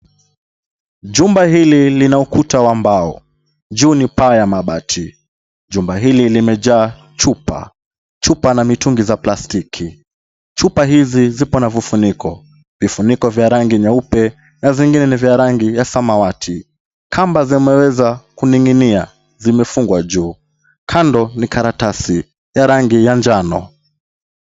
Jumba hili lina ukuta wa mbao, juu ni paa ya mabati. Jumba hili limejaa chupa, chupa na mitungi za plastiki. Chupa hizi zipo na vifuniko, vifuniko vya rangi nyeupe na vingine ni vya rangi ya samawati. Kamba zimeweza kuning'inia, zimefungwa juu. Kando ni karatasi ya rangi ya njano.